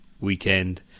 weekend